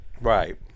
Right